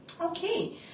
Okay